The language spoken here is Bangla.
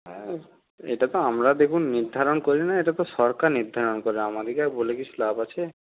হ্যাঁ এটা তো আমরা দেখুন নির্ধারণ করি না এটা তো সরকার নির্ধারণ করে আমাদেরকে আর বলে কিছু লাভ আছে